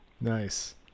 Nice